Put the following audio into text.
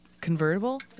convertible